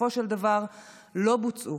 בסופו של דבר לא בוצעו